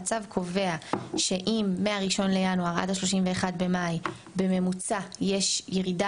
הצו קובע שאם מ-1 בינואר עד 31 במאי יש בממוצע ירידה